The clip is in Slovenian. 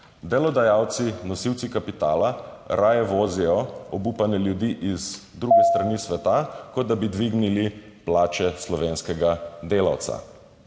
Delodajalci, nosilci kapitala raje vozijo obupane ljudi z druge strani sveta, kot da bi dvignili plače slovenskega delavca.